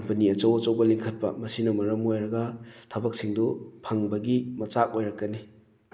company ꯑꯆꯧ ꯑꯆꯧꯕ ꯂꯤꯡꯈꯠꯄ ꯃꯁꯤꯅ ꯃꯔꯝ ꯑꯣꯏꯔꯒ ꯊꯕꯛꯁꯤꯡꯗꯨ ꯐꯪꯕꯒꯤ ꯃꯆꯥꯛ ꯑꯣꯏꯔꯛꯀꯅꯤ